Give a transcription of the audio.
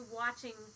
watching